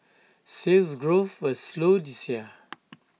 Sales Growth will slow this year